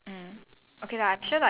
orh okay okay